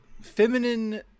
feminine